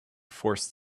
forced